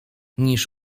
niż